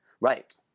Right